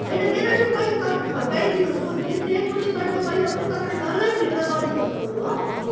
होइन मेरो चाहिँ पैसा तपाईँले फर्काइदिनुहोस् बरू त्यो ट्रेनको टिकटको पैसा पनि तपाईँले डल्लै फिर्ता गरिदिनुहोस् बरू हो